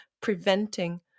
preventing